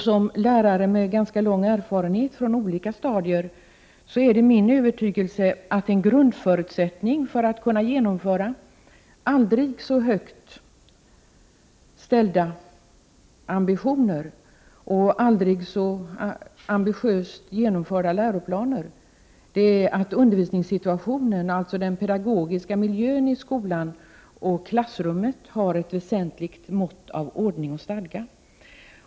Som lärare med ganska lång erfarenhet från olika stadier i skolan är det min övertygelse att en grundförutsättning för att kunna klara aldrig så höga ambitioner och för att kunna genomföra aldrig så ambitiösa läroplaner är att undervisningssituationen, alltså den pedagogiska miljön i skolan, bl.a. i klassrummet, har ett väsentligt mått av ordning och stadga.